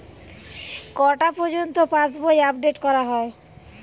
কটা পযর্ন্ত পাশবই আপ ডেট করা হয়?